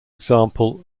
example